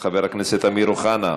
חבר הכנסת אמיר אוחנה,